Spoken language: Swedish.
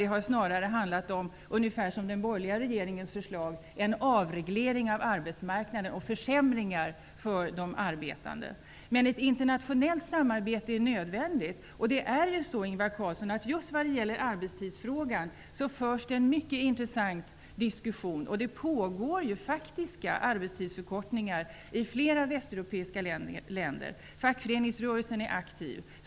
Det har snarare handlat om, som den borgerliga regeringens förslag, en avreglering av arbetsmarknaden och försämringar för de arbetande. Men ett internationellt samarbete är nödvändigt. Vad gäller förkortningen av arbetstiden förs nu en mycket intressant diskussion. De pågår faktiska arbetstidsförkortningar i flera västeuropeiska länder. Fackföreningsrörelsen är aktiv.